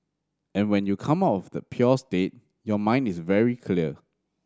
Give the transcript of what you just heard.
and when you come off the state your mind is very clear